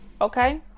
okay